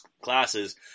classes